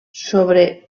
sobre